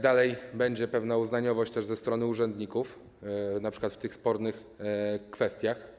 Dalej będzie pewna uznaniowość ze strony urzędników, np. w tych spornych kwestiach.